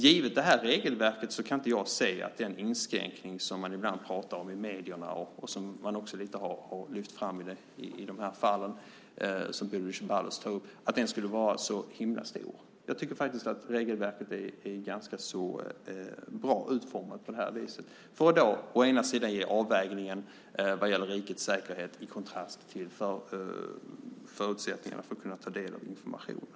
Givet det här regelverket kan jag inte se att den inskränkning som man ibland pratar om i medierna, och som man också har lyft fram lite grann i de fall som Bodil Ceballos tar upp, skulle vara så himla stor. Jag tycker faktiskt att regelverket är ganska bra utformat för att ge avvägningen vad gäller rikets säkerhet i kontrast till förutsättningarna att ta del av informationen.